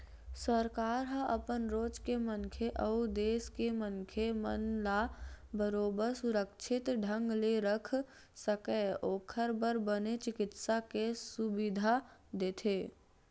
सरकार ह अपन राज के मनखे अउ देस के मनखे मन ला बरोबर सुरक्छित ढंग ले रख सकय ओखर बर बने चिकित्सा के सुबिधा देथे